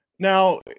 Now